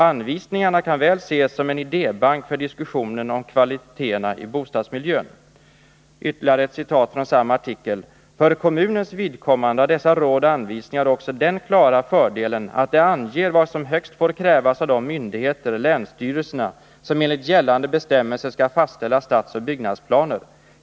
Anvisningarna kan väl ses som en sorts idébank för diskussionen om kvaliteterna i bostadsmiljön.” Jag vill återge ytterligare ett citat ur samma artikel: ”För kommunens vidkommande har dessa råd och anvisningar också den klara fördelen att de anger vad som högst får krävas av de myndigheter — länsstyrelserna — som enligt gällande bestämmelser skall fastställa stadsoch byggnadsplaner.